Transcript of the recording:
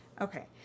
okay